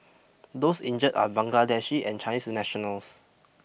those injured are Bangladeshi and Chinese nationals